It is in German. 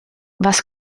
was